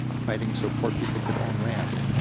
fighting so poor people could own land.